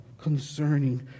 concerning